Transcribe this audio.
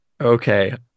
Okay